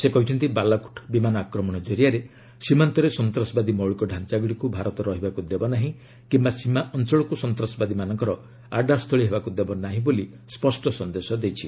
ସେ କହିଛନ୍ତି ବାଲାକୋଟ୍ ବିମାନ ଆକ୍ରମଣ କରିଆରେ ସୀମାନ୍ତରେ ସନ୍ତାସବାଦୀ ମୌଳିକ ଡାଞ୍ଚାଗୁଡ଼ିକୁ ଭାରତ ରହିବାକୁ ଦେବ ନାହିଁ କିମ୍ବା ସୀମା ଅଞ୍ଚଳକୁ ସନ୍ତାସବାଦୀମାନଙ୍କର ଆଡାସ୍ଥଳୀ ହେବାକୁ ଦେବ ନାହିଁ ବୋଲି ସ୍ୱଷ୍ଟ ସନ୍ଦେଶ ଦେଇଛି